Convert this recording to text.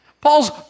Paul's